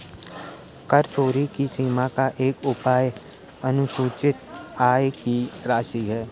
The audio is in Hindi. कर चोरी की सीमा का एक उपाय असूचित आय की राशि है